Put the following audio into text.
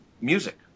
music